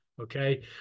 Okay